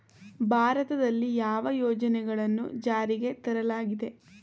ಭಾರತದಲ್ಲಿ ಯಾವ ಯೋಜನೆಗಳನ್ನು ಜಾರಿಗೆ ತರಲಾಗಿದೆ?